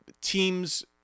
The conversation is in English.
teams